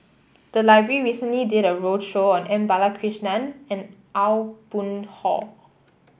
the library recently did a roadshow on M Balakrishnan and Aw Boon Haw